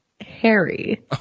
Harry